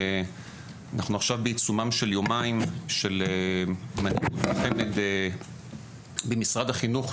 אנחנו עכשיו בעיצומם של יומיים של חמ"ד במשרד החינוך,